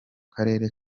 karere